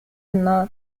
النار